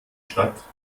stadt